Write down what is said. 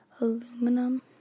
aluminum